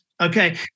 okay